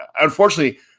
Unfortunately